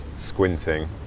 Squinting